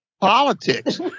politics